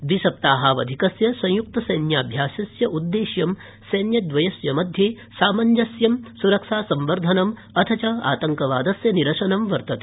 द्विसप्ताहावधिकस्य संयुक्त सैन्याभ्यास्योदेश्वं सैन्यद्वयस्य मध्ये सामंजस्यं सुरक्षासंवर्धनम् अथ च आतंकवादस्य निरसनं वर्तते